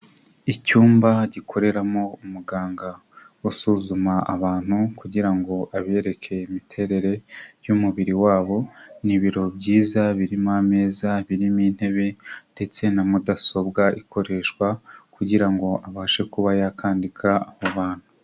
Icyumba gikoreramo umuganga usuzuma abantu kugira ngo abereke imiterere y'umubiri wabo, ni ibiro byiza birimo ameza, birimo intebe ndetse na mudasobwa ikoreshwa kugirango abashe kuba yakandika abo bantu.